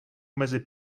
mezi